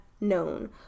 known